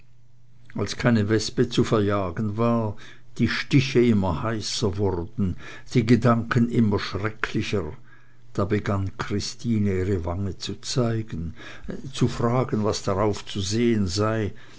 als keine wespe zu verjagen war die stiche immer heißer wurden die gedanken immer schrecklicher da begann christine ihre wange zu zeigen zu fragen was darauf zu sehen sei